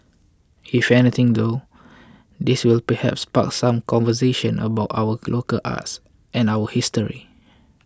if anything though this will perhaps spark some conversations about our local arts and our history